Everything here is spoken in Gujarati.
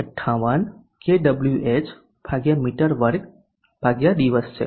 58 કેડબ્લ્યુએચ મી2 દિવસ છે